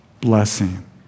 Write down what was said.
blessing